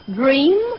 dream